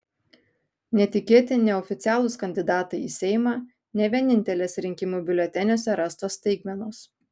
netikėti neoficialūs kandidatai į seimą ne vienintelės rinkimų biuleteniuose rastos staigmenos